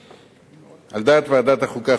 על דעת ועדת החוקה,